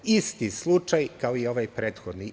Isti slučaj kao i ovaj prethodni.